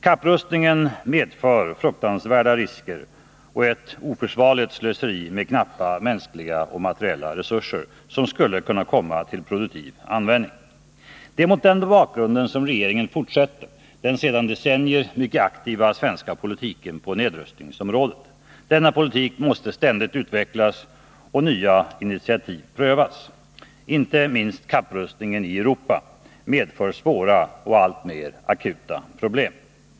Kapprustningen medför fruktansvärda risker och ett oförsvarligt slöseri med knappa mänskliga och materiella resurser, som skulle kunna komma till produktiv användning. Det är mot den bakgrunden som regeringen fortsätter den sedan decennier mycket aktiva svenska politiken på nedrustningsområ det. Denna politik måste ständigt utvecklas, och nya initiativ prövas. Inte Nr 48 minst kapprustningen i Europa medför svåra och alltmer akuta problem.